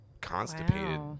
constipated